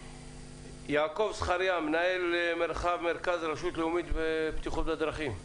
יעקב זכריה מנהל מרחב מרכז הרשות הלאומית לבטיחות בדרכים.